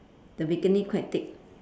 the bikini quite thick